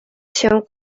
się